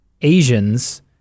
Asians